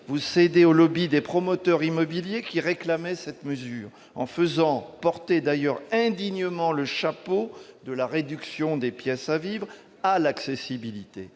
vous cédez au lobby des promoteurs immobiliers, qui réclamaient cette mesure, en faisant d'ailleurs porter indignement le chapeau de la réduction des pièces à vivre à l'accessibilité